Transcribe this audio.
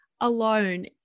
alone